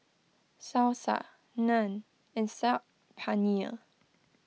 Salsa Naan and Saag Paneer